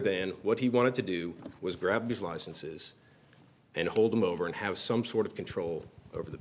than what he wanted to do was grab his licenses and hold him over and have some sort of control over the